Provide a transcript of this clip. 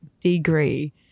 degree